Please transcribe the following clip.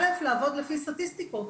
לעבוד לפי סטטיסטיקות.